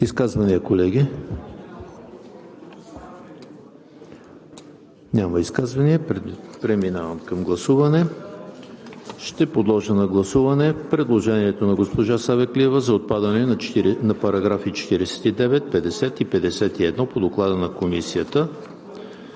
Изказвания, колеги? Няма изказвания. Преминаваме към гласуване. Ще подложа на гласуване предложението на госпожа Савеклиева за отпадане на параграфи 49, 50 и 51 по Доклада на Комисията,